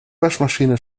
waschmaschine